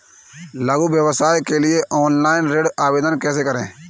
लघु व्यवसाय के लिए ऑनलाइन ऋण आवेदन कैसे करें?